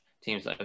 teams